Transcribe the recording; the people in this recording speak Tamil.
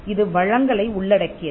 இது வளங்களை உள்ளடக்கியது